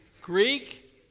Greek